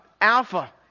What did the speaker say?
Alpha